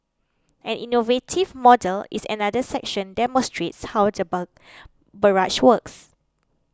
an innovative model is another section demonstrates how barrage works